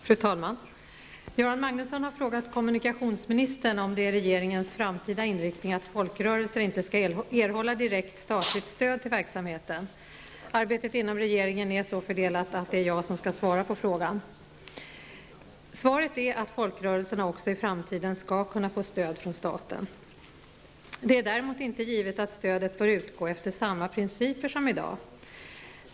Fru talman! Göran Magnusson har frågat kommunikationsministern om det är regeringens framtida inriktning att folkrörelser inte skall erhålla direkt statligt stöd till verksamheten. Arbetet inom regeringen är så fördelat att det är jag som skall svara på frågan. Svaret är att folkrörelserna också i framtiden skall kunna få stöd från staten. Det är däremot inte givet att stödet bör utgå efter samma principer som i dag.